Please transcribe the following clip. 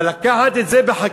אבל לקחת את זה בחקיקה